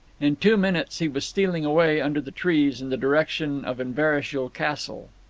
in two minutes he was stealing away under the trees in the direction of inverashiel castle.